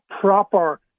proper